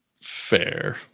fair